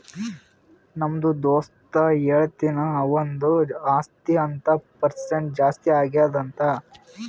ನಮ್ದು ದೋಸ್ತ ಹೇಳತಿನು ಅವಂದು ಆಸ್ತಿ ಹತ್ತ್ ಪರ್ಸೆಂಟ್ ಜಾಸ್ತಿ ಆಗ್ಯಾದ್ ಅಂತ್